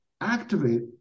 activate